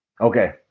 Okay